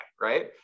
right